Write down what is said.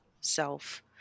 self